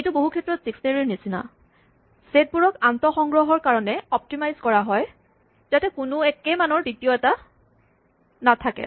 এইটো বহুক্ষেত্ৰত ডিক্সনেৰীৰ নিচিনা ছেট বোৰক আন্তঃ সংগ্ৰহৰ কাৰণে অপ্তিমাইজ কৰা হয় যাতে কোনো একে মানৰ দ্বিতীয় এটা নাথাকে